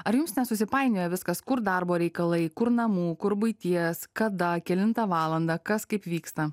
ar jums nesusipainioja viskas kur darbo reikalai kur namų kur buities kada kelintą valandą kas kaip vyksta